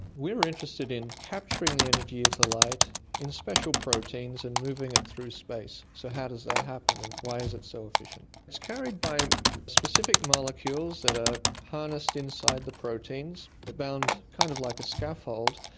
we were interested in capturing the energy of the light in special proteins and moving it through space. so how does that happen and why is it so efficient? it's carried by specific molecules that are harnessed inside the proteins, they're bound kind of like a scaffold,